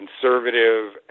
conservative